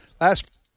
last